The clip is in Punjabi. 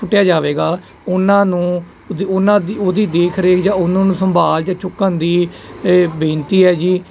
ਸੁੱਟਿਆ ਜਾਵੇਗਾ ਉਨਾਂ ਨੂੰ ਉਹਨਾਂ ਉਹਦੀ ਦੇਖ ਰੇਖ ਜਾਂ ਉਹਨਾਂ ਨੂੰ ਸੰਭਾਲ ਚੁੱਕਣ ਦੀ ਇਹ ਬੇਨਤੀ ਹੈ ਜੀ